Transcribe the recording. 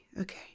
okay